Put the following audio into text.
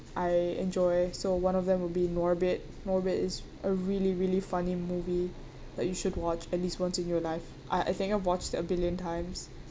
I enjoy so one of them would be norbit norbit is a really really funny movie that you should watch at least once in your life I I think I've watched a billion times